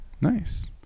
Nice